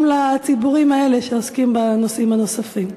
לציבורים האלה שעוסקים בנושאים הנוספים?